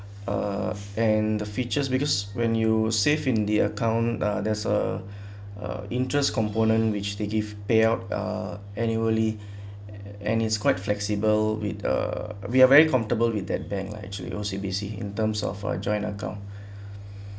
uh and the features because when you save in the account uh there's uh uh interest component which they give payout uh annually and it's quite flexible with uh we are very comfortable with that bank lah actually O_C_B_C in terms of uh joint account